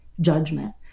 judgment